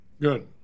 Good